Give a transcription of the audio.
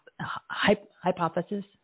Hypothesis